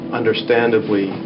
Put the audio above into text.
understandably